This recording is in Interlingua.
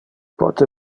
pote